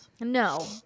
No